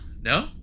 No